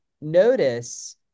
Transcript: notice